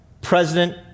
President